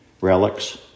relics